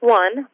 one